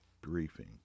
briefing